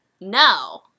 No